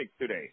today